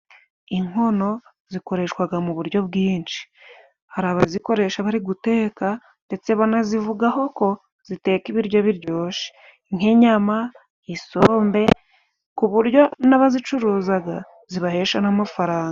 Inkono zikoreshwa mu buryo bwinshi, hari abazikoresha bari guteka, ndetse banazivugaho ko ziteka ibiryo biryoshye nk'inyama, isombe, ku buryo n'abazicuruza zibahesha n'amafaranga.